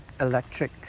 electric